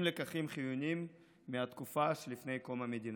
לקחים חיוניים מהתקופה שלפני קום המדינה.